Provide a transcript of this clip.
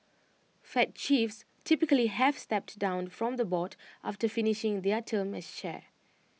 fed chiefs typically have stepped down from the board after finishing their term as chair